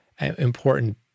important